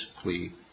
plea